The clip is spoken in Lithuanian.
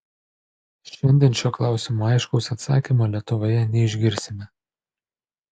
šiandien šiuo klausimu aiškaus atsakymo lietuvoje neišgirsime